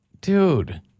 dude